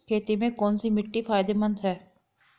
खेती में कौनसी मिट्टी फायदेमंद है?